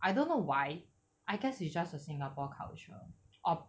I don't know why I guess it's just a singapore culture of